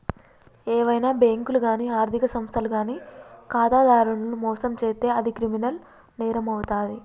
ఏవైనా బ్యేంకులు గానీ ఆర్ధిక సంస్థలు గానీ ఖాతాదారులను మోసం చేత్తే అది క్రిమినల్ నేరమవుతాది